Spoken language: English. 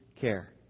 care